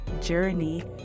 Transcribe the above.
journey